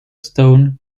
stone